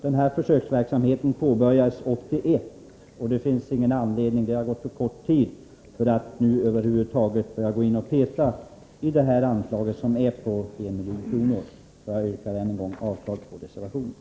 Denna verksamhet påbörjades 1981 och har pågått alltför kort tid för att vi nu över huvud taget skall gå in och peta på detta anslag, som är på 1 milj.kr. Jag yrkar än en gång avslag på reservationen.